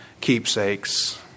keepsakes